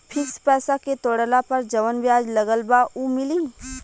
Fix पैसा के तोड़ला पर जवन ब्याज लगल बा उ मिली?